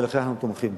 ולכן אנחנו תומכים.